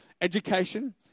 education